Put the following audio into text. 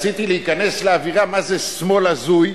רציתי להיכנס לאווירה מה זה שמאל הזוי,